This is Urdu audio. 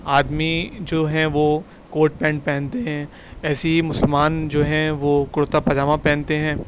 آدمی جو ہیں وہ کوٹ پینٹ پہنتے ہیں ایسے ہی مسلمان جو ہیں وہ کرتہ پجامہ پہنتے ہیں